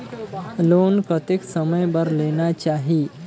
Loan कतेक समय बर लेना चाही?